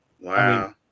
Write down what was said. Wow